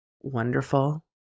wonderful